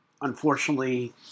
unfortunately